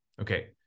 Okay